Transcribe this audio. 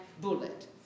bullet